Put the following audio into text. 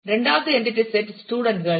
இரண்டாவது NDT set student கள்